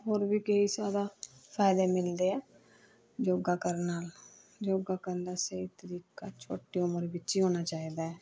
ਹੋਰ ਵੀ ਕਈ ਜ਼ਿਆਦਾ ਫਾਇਦੇ ਮਿਲਦੇ ਹੈ ਯੋਗਾ ਕਰਨ ਨਾਲ ਯੋਗਾ ਕਰਨ ਦਾ ਸਹੀ ਤਰੀਕਾ ਛੋਟੀ ਉਮਰ ਵਿੱਚ ਹੀ ਹੋਣਾ ਚਾਹੀਦਾ ਹੈ